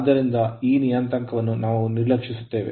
ಆದ್ದರಿಂದ ಈ ನಿಯತಾಂಕವನ್ನು ನಾವು ನಿರ್ಲಕ್ಷಿಸುತ್ತೇವೆ